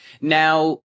now